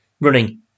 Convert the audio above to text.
running